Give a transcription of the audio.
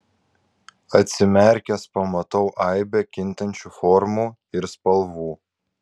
atsimerkęs pamatau aibę kintančių formų ir spalvų